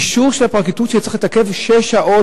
אישור של הפרקליטות צריך להתעכב שש שעות,